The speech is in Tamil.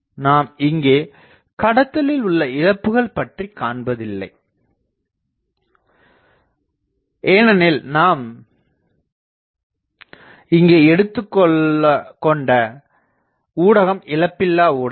நாம் இங்கே கடத்தலில் உள்ள இழப்புகள் பற்றிக் காண்பதில்லை ஏனெனில் நாம் இங்கே எடுத்துக்கொண்ட ஊடகம் இழப்பில்லா ஊடகம் ஆகும்